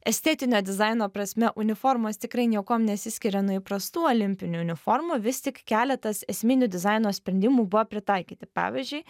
estetinio dizaino prasme uniformos tikrai niekuom nesiskiria nuo įprastų olimpinių uniformų vis tik keletas esminių dizaino sprendimų buvo pritaikyti pavyzdžiui